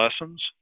lessons